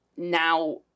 now